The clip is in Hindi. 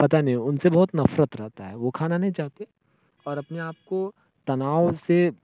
पता नहीं उनसे बहुत नफ़रत रहता है वह खाना नहीं चाहते और अपने आप को तनाव से